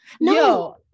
no